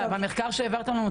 במחקר שהעברתם לנו,